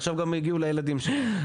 עכשיו גם יגיעו לילדים שלו.